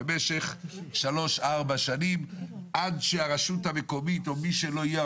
במשך 3-4 שנים עד שהרשות המקומית או מי שלא יהיה,